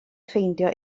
ffeindio